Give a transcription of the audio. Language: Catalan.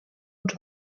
uns